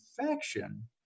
infection